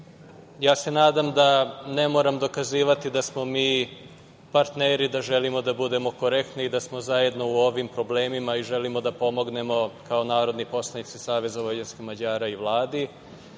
Ja se nadam da ne moram dokazivati da smo mi partneri, da želimo da budemo korektni i da smo zajedno u ovim problemima i želimo da pomognemo kao narodni poslanici SVM i Vladi. Stvarno